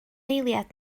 eiliad